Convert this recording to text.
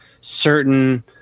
certain